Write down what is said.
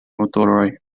motoroj